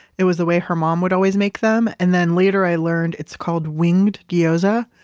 it was the way her mom would always make them. and then later i learned, it's called winged gyoza.